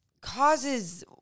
causes